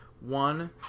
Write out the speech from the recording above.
One